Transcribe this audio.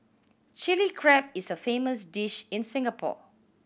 Chilli Crab is a famous dish in Singapore